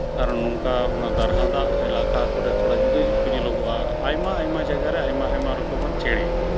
ᱟᱨ ᱱᱚᱝᱠᱟ ᱚᱱᱟ ᱫᱟᱨᱦᱟ ᱫᱟᱜ ᱮᱞᱟᱠᱟ ᱠᱚᱨᱮ ᱛᱷᱚᱲᱟ ᱡᱩᱫᱟᱹ ᱧᱚᱜ ᱠᱚ ᱧᱮᱞᱚᱜᱚᱜᱼᱟ ᱟᱭᱢᱟ ᱟᱭᱢᱟ ᱡᱟᱭᱜᱟ ᱨᱮ ᱟᱭᱢᱟ ᱨᱚᱠᱚᱢᱟᱱ ᱪᱮᱬᱮ